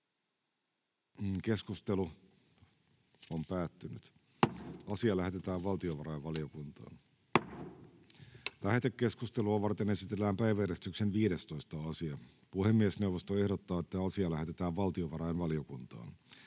laiksi tuloverolain 57 §:n muuttamisesta Time: N/A Content: Lähetekeskustelua varten esitellään päiväjärjestyksen 19. asia. Puhemiesneuvosto ehdottaa, että asia lähetetään valtiovarainvaliokuntaan.